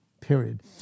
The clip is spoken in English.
period